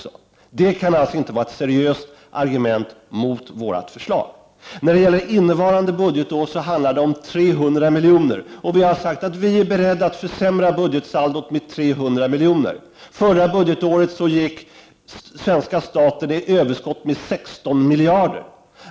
Det kan alltså inte vara seriöst argument mot vårt förslag. Innevarande budgetår handlar det om 300 miljarder. Vi har sagt att vi är beredda att försämra budgetsaldot med 300 miljoner. Förra budgetåret gick svenska staten med överskott på 16 miljarder.